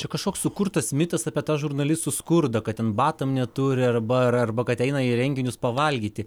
čia kažkoks sukurtas mitas apie tą žurnalistų skurdą kad ten batam neturi arba arba kad eina į renginius pavalgyti